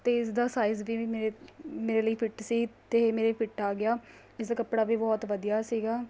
ਅਤੇ ਇਸਦਾ ਸਾਈਜ਼ ਵੀ ਮੇਰੇ ਮੇਰੇ ਲਈ ਫਿੱਟ ਸੀ ਅਤੇ ਮੇਰੇ ਫਿੱਟ ਆ ਗਿਆ ਇਸ ਦਾ ਕੱਪੜਾ ਵੀ ਬਹੁਤ ਵਧੀਆ ਸੀਗਾ